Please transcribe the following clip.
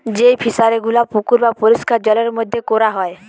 যেই ফিশারি গুলা পুকুর বা পরিষ্কার জলের মধ্যে কোরা হয়